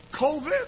COVID